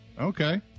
Okay